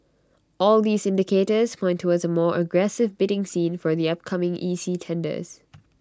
all these indicators point towards A more aggressive bidding scene for upcoming E C tenders